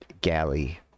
galley